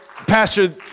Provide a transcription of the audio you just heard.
Pastor